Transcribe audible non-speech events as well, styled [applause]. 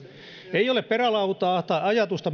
ole perälautaa tai ajatusta [unintelligible]